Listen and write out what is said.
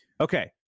Okay